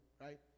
right